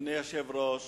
אדוני היושב-ראש,